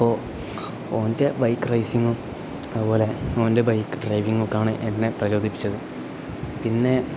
അപ്പോൾ ഓൻ്റെ ബൈക്ക് റേസിങ്ങും അതുപോലെ ഓൻ്റെ ബൈക്ക് ഡ്രൈവിങ് ഒക്കെയാണ് എന്നെ എന്നെ പ്രചോദിപ്പിച്ചത് പിന്നെ